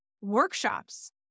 workshops